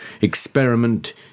experiment